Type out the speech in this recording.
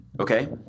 Okay